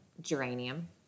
geranium